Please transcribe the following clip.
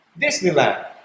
Disneyland